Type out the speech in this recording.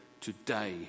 today